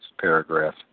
paragraph